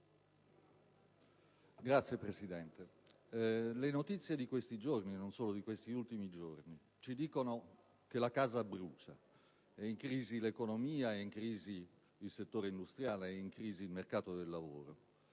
Signora Presidente, le notizie di questi giorni, e non solo di questi ultimi giorni, ci dicono che la casa brucia. È in crisi l'economia, è in crisi il settore industriale, è in crisi il mercato del lavoro,